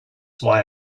why